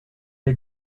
est